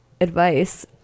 advice